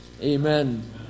Amen